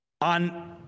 on